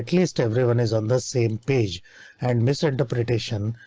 least everyone is on the same page and misinterpretation.